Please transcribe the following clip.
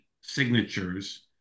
signatures